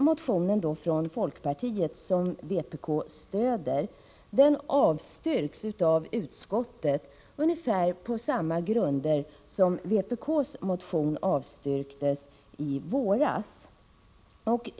Motionen från folkpartiet, som vpk alltså stöder, avstyrks av utskottet på ungefär samma grunder som vpk:s motion avstyrktes i våras.